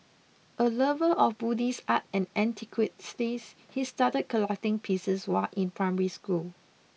a lover of Buddhist art and antiquities he started collecting pieces while in primary school